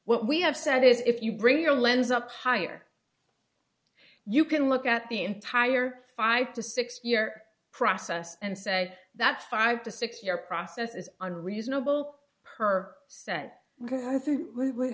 what we have said is if you bring your lens up higher you can look at the entire five to six year process and say that five to six year process is unreasonable per said i think we